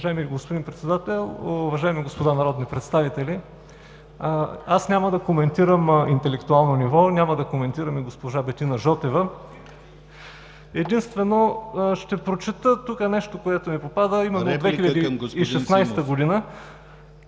Уважаеми господин Председател, уважаеми господа народни представители! Аз няма да коментирам интелектуално ниво, няма да коментирам и госпожа Бетина Жотева. Единствено ще прочета нещо, което ми попадна.